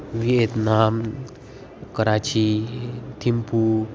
Vietnam Karachi Thimphu